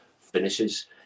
finishes